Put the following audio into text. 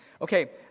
Okay